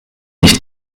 nicht